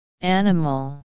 animal